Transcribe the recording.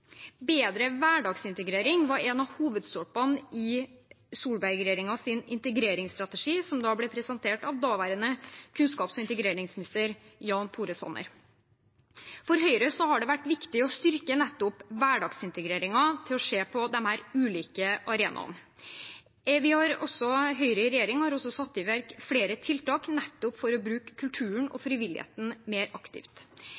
Bedre hverdagsintegrering var en av hovedstolpene i Solberg-regjeringens integreringsstrategi, som ble presentert av daværende kunnskaps- og integreringsminister Jan Tore Sanner. For Høyre har det vært viktig å styrke nettopp hverdagsintegreringen som skjer på disse ulike arenaene. Høyre i regjering har også satt i verk flere tiltak, nettopp for å bruke kulturen og